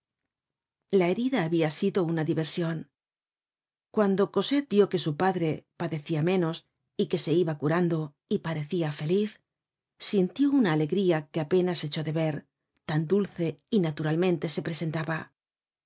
la herida habia sido una diversion cuando cosette vió que su padre padecia menos y que se iba curando y parecia feliz sintió una alegría que apenas echó de ver tan dulce y naturalmente se presentaba